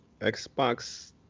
Xbox